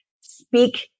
speak